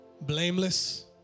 Blameless